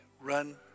Run